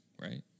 right